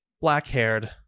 black-haired